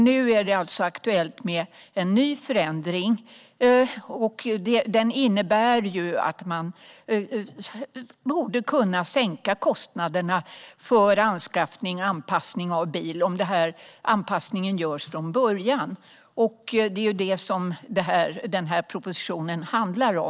Nu är det alltså aktuellt med en ny förändring, vilket innebär att man borde kunna sänka kostnaderna för anskaffning och anpassning av bil om anpassningen görs från början. Det är det som propositionen handlar om.